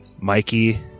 Mikey